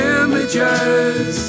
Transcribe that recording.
images